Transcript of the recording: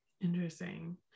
Interesting